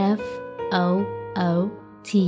foot